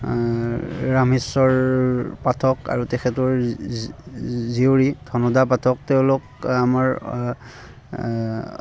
ৰামেশ্বৰ পাঠক আৰু তেখেতৰ জীয়ৰী ধনদা পাঠক তেওঁলোক আমাৰ